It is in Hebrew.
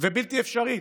ובלתי אפשרית.